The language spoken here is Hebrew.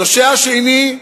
הנושא השני,